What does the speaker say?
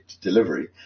delivery